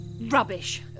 Rubbish